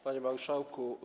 Panie Marszałku!